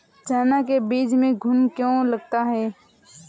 चना के बीज में घुन क्यो लगता है?